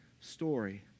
story